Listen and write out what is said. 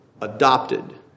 adopted